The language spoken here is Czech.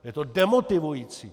Je to demotivující!